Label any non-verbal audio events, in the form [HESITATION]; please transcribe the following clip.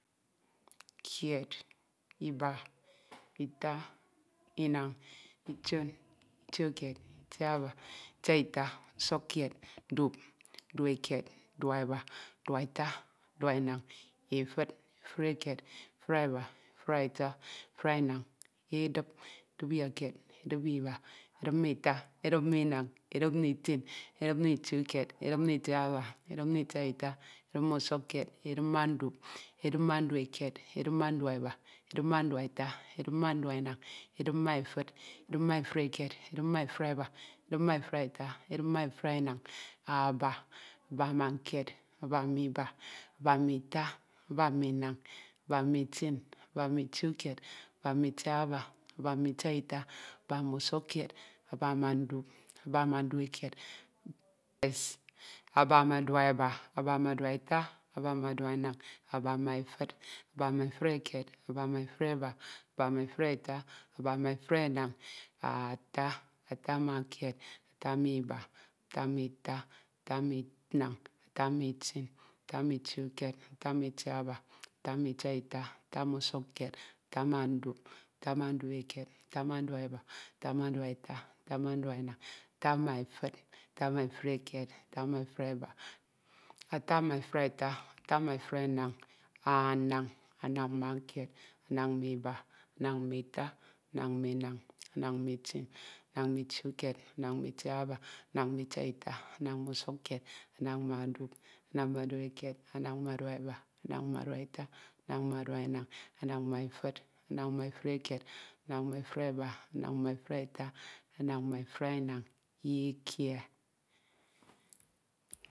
Kied, iba, [NOISE] ita, inañ, itin, ituikied, itiaba, itiaita, usuk kied, dup, dupekid, dupeba, dupeta, dupenañ, efud, efudekied, efudeba, efueta, efudenañ, edip. Edip ma kied, edip ma iba, edip ma ita, edip ma inañ, edip ma itin, edip ma ituikied, edip ma itiaba, edip ma itiaita, edip ma usukkied, edip ma ndup, edip ma dupekied, edip ma dupeba, edip ma dupeta, edip ma dupenañ, edip ma efud. Edip ma efudekied, edip ma efudeba, edip ma efudeta, edip ma efudenañ, aba. Aba ma kied, aba ma iba, aba ma ita, aba ma inañ, aba ma itin, aba ma ituikied, aba ma itiaba, aba ma itiaita, aba ma usukkied, aba ma ndup. Aba ma dupekied, [HESITATION] aba ma dupeba, aba ma dupeta, aba ma dupenañ, aba ma efud, aba ma efudekied, aba ma efudeba, aba ma efudeta, aba ma efudenañ, ata. Ata ma kied, ata ma iba, ata ma ita, ata ma inañ, ata ma itin, ata ma ituikied, ata ma itiaba, ata ma itiaita, ata ma usukkied, ata ma ndup, ata ma dupekied, ata ma dupeba, ata ma dupeta, ata ma dupenañ, ata ma efud, ata ma efudekied, ata ma efudeba, ata ma efudeta, ata ma efudenañ, anañ. Anañ ma kied, anañ ma iba, anañ ma ita, anañ ma inañ, anañ ma itin, anañ ma ituikied, anañ ma itiaba, anañ ma itiata, anañ ma usukkied, anañ ma ndup, anañ ma dupekied, anañ ma dupeba, anañ ma dupeta, anañ ma dupenañ, anañ ma efud, anañ ma efudekied, anañ ma efudeba, anañ ma efudeta, anañ ma efudenañ, ikie.